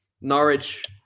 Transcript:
Norwich